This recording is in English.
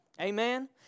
amen